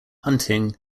hunting